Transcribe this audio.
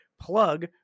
plug